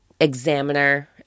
examiner